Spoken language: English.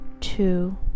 two